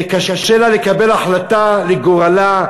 וקשה לה לקבל החלטה על גורלה,